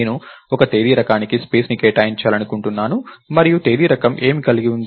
నేను ఒక తేదీ రకానికి స్పేస్ ని కేటాయించాలనుకుంటున్నాను మరియు తేదీ రకం ఏమి కలిగి ఉంది